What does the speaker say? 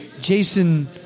Jason